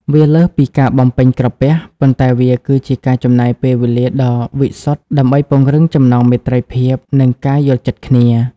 វាលើសពីការបំពេញក្រពះ ប៉ុន្តែវាគឺជាការចំណាយពេលវេលាដ៏វិសុទ្ធដើម្បីពង្រឹងចំណងមេត្រីភាព និងការយល់ចិត្តគ្នា។